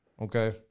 okay